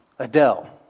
Adele